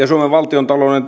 suomen valtiontalouden